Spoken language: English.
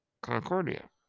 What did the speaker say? Concordia